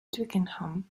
twickenham